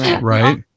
Right